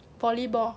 volleyball